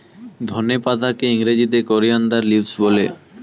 ধনে পাতাকে ইংরেজিতে কোরিয়ানদার লিভস বলে